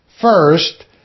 First